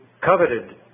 coveted